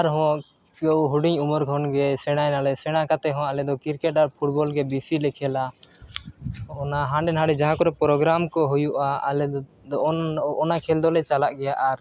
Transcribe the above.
ᱟᱫᱦᱚᱸ ᱠᱮᱣ ᱦᱩᱰᱤᱧ ᱩᱢᱮᱨ ᱠᱷᱚᱱᱜᱮ ᱥᱮᱬᱟᱭ ᱮᱱᱟᱞᱮ ᱥᱮᱬᱟ ᱠᱟᱛᱮᱫ ᱦᱚᱸ ᱟᱞᱮ ᱫᱚ ᱟᱨ ᱜᱮ ᱵᱤᱥᱤᱞᱮ ᱠᱷᱮᱹᱞᱟ ᱚᱱᱟ ᱦᱟᱸᱰᱮᱼᱱᱷᱟᱰᱮ ᱡᱟᱦᱟᱸ ᱠᱚᱨᱮ ᱠᱚ ᱦᱩᱭᱩᱜᱼᱟ ᱟᱞᱮ ᱫᱚ ᱚᱱᱟ ᱠᱷᱮᱹᱞ ᱫᱚᱞᱮ ᱪᱟᱞᱟᱜ ᱜᱮᱭᱟ ᱟᱨ